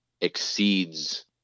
exceeds